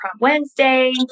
Wednesday